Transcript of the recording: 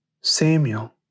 Samuel